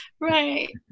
Right